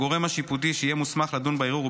הגורם השיפוטי שיהיה מוסמך לדון בערעור הוא